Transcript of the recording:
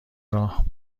راه